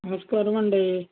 నమస్కారమండీ